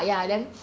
mm